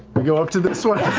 we go up to this one.